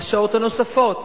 בשעות הנוספות,